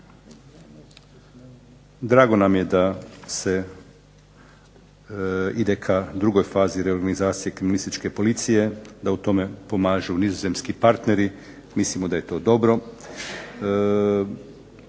Drago nam je da se ide ka drugoj fazi reorganizacije Kriminalističke policije, da u tome pomažu nizozemski partneri. Mislimo da je to dobro.